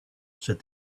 said